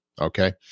Okay